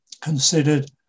considered